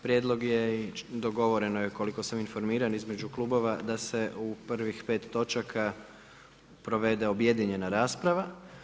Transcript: Prijedlog je i dogovoreno je koliko sam informiran između klubova da se u prvih pet točaka provede objedinjena rasprava.